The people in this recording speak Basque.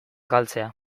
galtzea